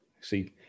See